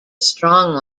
strong